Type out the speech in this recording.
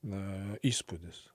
na įspūdis